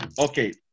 Okay